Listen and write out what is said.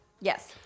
Yes